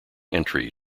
entry